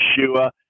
Yeshua